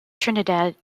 trinidad